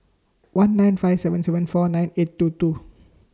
one nine five seven seven four nine eight two two